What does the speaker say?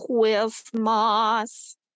christmas